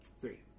three